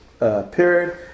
Period